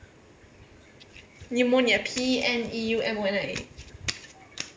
你摸你的 P N E U M O N I A